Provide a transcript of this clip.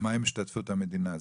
ומה עם השתתפות המדינה?